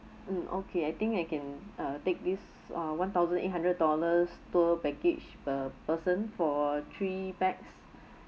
mm okay I think I can uh take this uh one thousand eight hundred dollars tour package per person for three pax